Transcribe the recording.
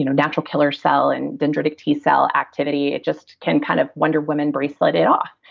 you know natural killer cell and dendritic t cell activity. it just can kind of wonder woman bracelet it off.